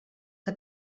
que